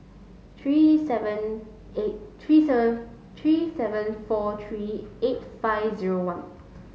three seven eight three seven three seven four three eight five zero one